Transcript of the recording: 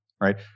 right